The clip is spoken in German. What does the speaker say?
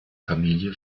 familie